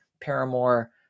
Paramore